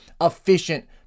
efficient